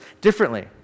differently